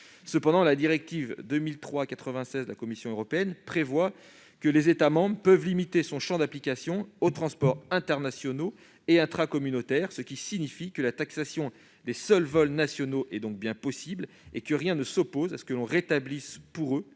Cependant, la directive 2003/96/CE du Conseil prévoit que les États membres peuvent limiter son champ d'application aux transports internationaux et intracommunautaires, ce qui signifie que la taxation des seuls vols nationaux est donc bien possible et que rien ne s'oppose à ce que l'on rétablisse pour eux